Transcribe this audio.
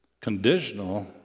Conditional